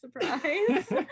surprise